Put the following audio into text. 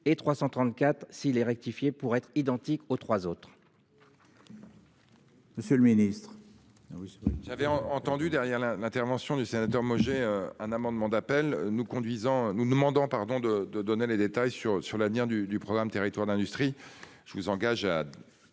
et 334 si les rectifier pour être identiques aux 3 autres.